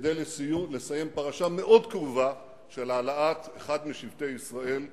כדי לסיים פרשה מאוד כאובה של העלאת אחד משבטי ישראל לארץ.